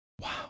Wow